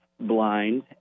blind